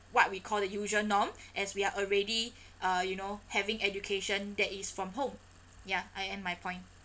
what we call the usual norm as we are already uh you know having education that is from home ya I end my point